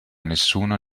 nessuno